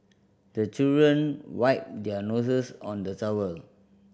the children wipe their noses on the towel